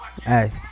Hey